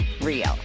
real